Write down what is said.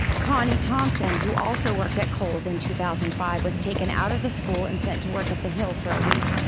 connie thompson, who also worked at coles in two thousand and five was taken out of the school and sent to work at the hill for a week.